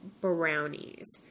brownies